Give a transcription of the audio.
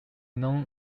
known